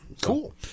Cool